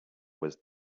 was